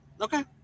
Okay